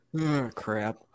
Crap